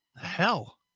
Hell